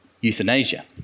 euthanasia